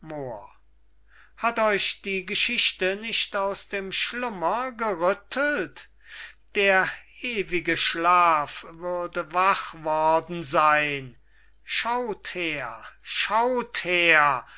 hat euch die geschichte nicht aus dem schlummer gerüttelt der ewige schlaf würde wach worden seyn schaut her schaut her